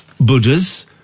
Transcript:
Buddha's